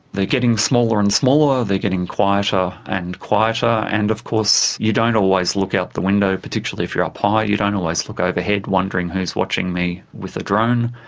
they're getting smaller and smaller they're getting quieter and quieter. and of course you don't always look out the window. particularly if you're up high you don't always look overhead wondering, who's watching me with a drone?